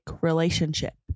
relationship